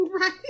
Right